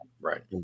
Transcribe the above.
Right